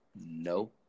No